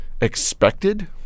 expected